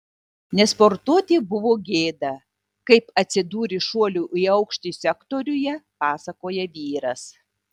nesportuoti buvo gėda kaip atsidūrė šuolių į aukštį sektoriuje pasakoja vyras